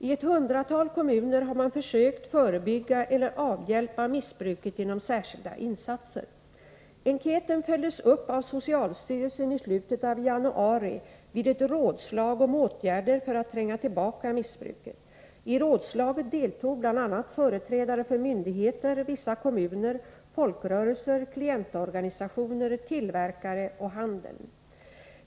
I ett hundratal kommuner har man försökt förebygga eller avhjälpa missbruket genom särskilda insatser. Enkäten följdes upp av socialstyrelsen i slutet av januari vid ett rådslag om åtgärder för att tränga tillbaka missbruket. I rådslaget deltog bl.a. företrädare för myndigheter, vissa kommuner, folkrörelser, klientorganisationer, tillverkare och handeln.